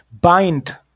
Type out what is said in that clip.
bind